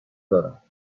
دارم